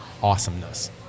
awesomeness